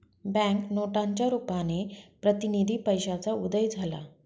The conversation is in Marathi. बँक नोटांच्या रुपाने प्रतिनिधी पैशाचा उदय झाला